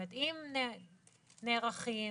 אם נערכים